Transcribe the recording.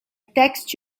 text